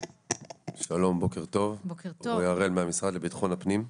שלום, בוקר טוב, אני מהמשרד לביטחון הפנים.